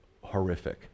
horrific